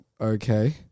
okay